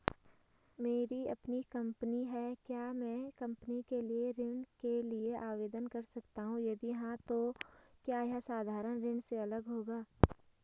मेरी अपनी कंपनी है क्या मैं कंपनी के लिए ऋण के लिए आवेदन कर सकता हूँ यदि हाँ तो क्या यह साधारण ऋण से अलग होगा?